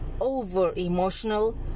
over-emotional